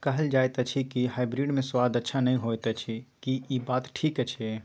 कहल जायत अछि की हाइब्रिड मे स्वाद अच्छा नही होयत अछि, की इ बात ठीक अछि?